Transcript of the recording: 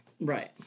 Right